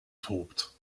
tobt